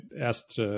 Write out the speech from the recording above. asked